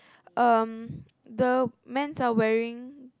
um the mens are wearing